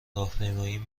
راهپیمایی